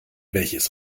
welches